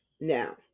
Now